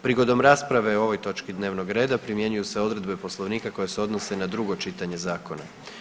Prigodom rasprave o ovoj točki dnevnog reda primjenjuju se odredbe Poslovnika koje se odnose na drugo čitanje zakona.